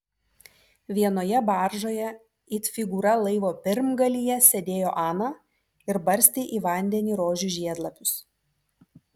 vienoje baržoje it figūra laivo pirmgalyje sėdėjo ana ir barstė į vandenį rožių žiedlapius